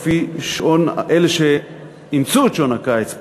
אלה שאימצו את שעון הקיץ,